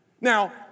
Now